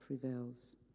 prevails